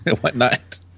whatnot